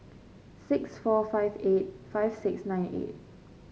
six four five eight five six nine eight